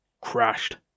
Crashed